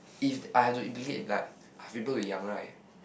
if I have to like I've people to young right